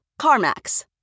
CarMax